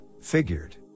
figured